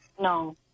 No